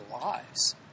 lives